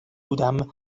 بودم